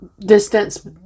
distance